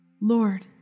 Lord